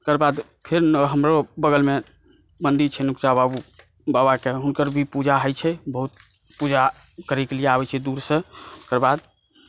ओकर बाद फेर हमरो बगलमे मन्दिर छनि नकूचा बाबाकेँ हुनकर भी पूजा होइ छै पूजा करैके लिए आबै छै दूरसँ ओकर बाद